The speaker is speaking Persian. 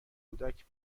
کودک